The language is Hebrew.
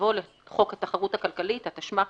יבוא "לחוק התחרות הכלכלית, התשמ"ח